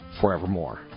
forevermore